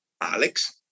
Alex